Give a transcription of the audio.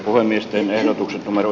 toimistojen elokuva romeo